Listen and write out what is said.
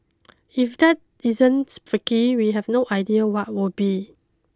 if that isn't freaky we have no idea what would be